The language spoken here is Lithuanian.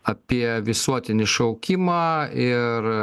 apie visuotinį šaukimą ir